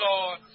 Lord